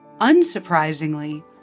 Unsurprisingly